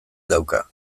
dauka